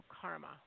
karma